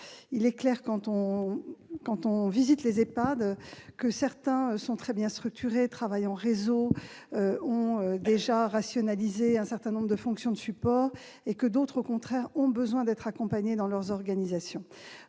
il est clair, quand on visite ces établissements, que certains sont très bien structurés, travaillent en réseau et ont déjà rationalisé un certain nombre de fonctions de support, tandis que d'autres, au contraire, ont besoin d'être accompagnés dans leurs organisations.